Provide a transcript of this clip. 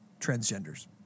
transgenders